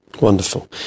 Wonderful